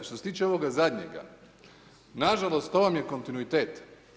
Što se tiče ovoga zadnjega, nažalost to vam je kontinuitet.